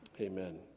Amen